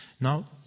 now